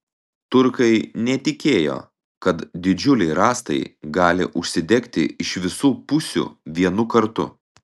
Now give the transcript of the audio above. turkai netikėjo kad didžiuliai rąstai gali užsidegti iš visų pusių vienu kartu